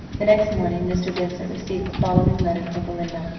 the next morning mr. vincent received the following letter from belinda.